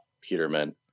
Peterman